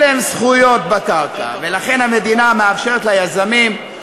אין להם זכויות בקרקע, ולכן המדינה מאפשרת ליזמים,